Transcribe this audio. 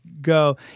go